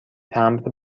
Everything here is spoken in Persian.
تمبر